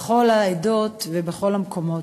בכל העדות ובכל המקומות.